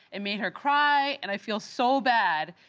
it made her cry and i feel so bad.